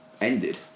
ended